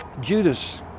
Judas